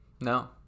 no